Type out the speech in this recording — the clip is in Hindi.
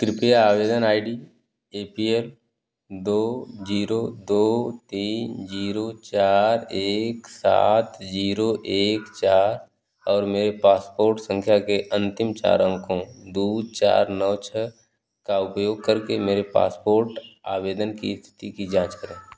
कृपया आवेदन I D A P L दो ज़ीरो दो तीन ज़ीरो चार एक सात ज़ीरो एक चार और मेरे पासपोर्ट संख्या के अंतिम चार अंकों दो चार नौ छः का उपयोग करके मेरे पासपोर्ट आवेदन की स्थिति की जाँच करें